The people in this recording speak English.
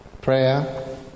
Prayer